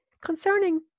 Concerning